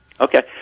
Okay